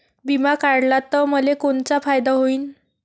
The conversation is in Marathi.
बिमा काढला त मले कोनचा फायदा होईन?